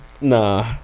Nah